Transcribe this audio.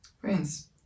Friends